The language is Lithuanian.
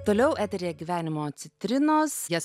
toliau eteryje gyvenimo citrinos jas